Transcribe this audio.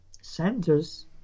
centers